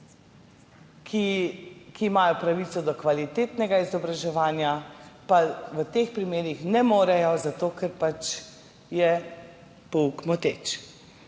ki imajo pravico do kvalitetnega izobraževanja, pa v teh primerih ne morejo, zato ker je pouk moten.